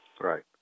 Right